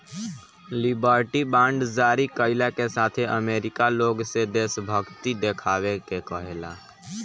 liberty bond जारी कईला के साथे अमेरिका लोग से देशभक्ति देखावे के कहेला